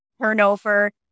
turnover